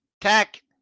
Tech